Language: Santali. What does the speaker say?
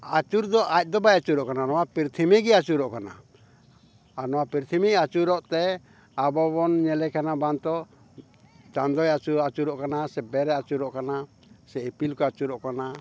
ᱟᱹᱪᱩᱨ ᱫᱚ ᱟᱡ ᱫᱚ ᱵᱟᱭ ᱟᱹᱪᱩᱨᱚᱜ ᱠᱟᱱᱟ ᱱᱚᱣᱟ ᱯᱨᱤᱛᱷᱤᱵᱤ ᱜᱮ ᱟᱹᱪᱩᱨᱚᱜ ᱠᱟᱱᱟ ᱟᱨ ᱱᱚᱣᱟ ᱯᱨᱤᱛᱷᱤᱵᱤ ᱟᱹᱪᱩᱨᱚᱜᱼᱛᱮ ᱟᱵᱚᱵᱚᱱ ᱧᱮᱞᱮ ᱠᱟᱱᱟ ᱵᱟᱝᱼᱛᱚ ᱪᱟᱸᱫᱳᱭ ᱟᱹᱪᱩᱨᱚᱜ ᱠᱟᱱᱟ ᱥᱮ ᱵᱮᱨᱮ ᱟᱪᱩᱨᱚᱜ ᱠᱟᱱᱟ ᱥᱮ ᱤᱯᱤᱞ ᱠᱚ ᱟᱹᱪᱩᱨᱚᱜ ᱠᱟᱱᱟ